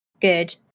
good